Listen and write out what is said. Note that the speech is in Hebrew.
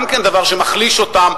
וגם זה דבר שמחליש אותם.